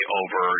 over